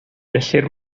gellir